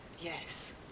yes